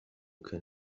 كان